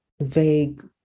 vague